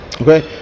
Okay